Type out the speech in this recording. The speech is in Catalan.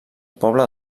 poble